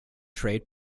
trade